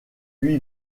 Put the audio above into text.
lui